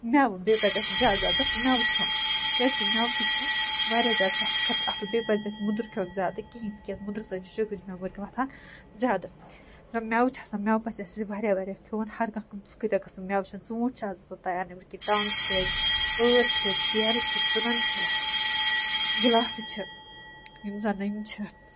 مٮ۪وٕ بیٚیہِ پَز اَسہِ زیاد زیادٕ مٮ۪وٕ کھیوٚن کیٛازِکہِ مٮ۪وٕ تہِ چھِ واریاہ زیادٕ صحتہٕ خٲطرٕ اَصٕل بیٚیہِ پزِ نہٕ اَسہِ مُدُر کھیوٚن زیادٕ کِہیٖنٛۍ تِکیٛاز مُدرٕ سۭتۍ چھُ شگرٕچ بٮ۪مٲرۍ وۅتھان زیادٕ مٮ۪وٕ چھِ آسان مٮ۪وٕ پَزِ اَسہِ واریاہ وارِیاہ کھیوٚن ہر کانٛہہ کٕتیٛاہ قٕسٕم مٮ۪وٕ چھِ ژوٗنٹھۍ چھِ اَز تیار نیٚبٕر کِنۍ ٹنٛگ چھِ ٲرۍ چھِ ژیرٕ چھِ ژٕنن چھِ گِلاسہٕ چھِ یِم زن یِم چھ